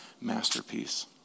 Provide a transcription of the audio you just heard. masterpiece